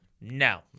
No